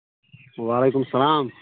وعلیکُم اسلام